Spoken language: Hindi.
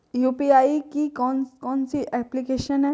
यू.पी.आई की कौन कौन सी एप्लिकेशन हैं?